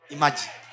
Imagine